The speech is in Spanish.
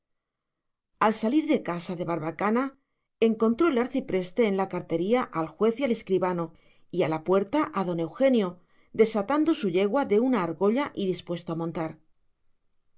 al salir de casa de barbacana encontró el arcipreste en la cartería al juez y al escribano y a la puerta a don eugenio desatando su yegua de una argolla y dispuesto a montar